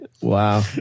Wow